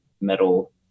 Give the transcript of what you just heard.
metal